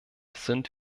sind